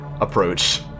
Approach